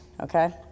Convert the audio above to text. Okay